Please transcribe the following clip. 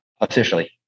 officially